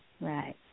Right